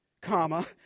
comma